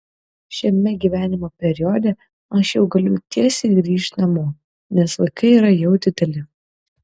šiame gyvenimo periode aš jau galiu tiesiai grįžt namo nes vaikai yra jau dideli